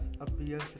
appears